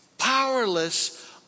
powerless